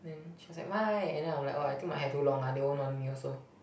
then she was like why and then I'm like oh I think my hair too long lah they won't want me also